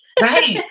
Right